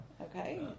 Okay